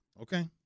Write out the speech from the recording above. Okay